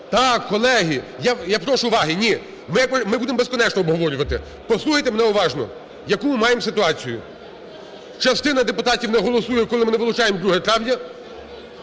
Так, колеги, я прошу уваги! Ні. Ми будемо безкінечно обговорювати. Послухайте мене уважно, яку ми маємо ситуацію. Частина депутатів не голосує, коли ми не вилучаємо 2 травня.